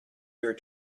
your